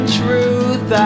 truth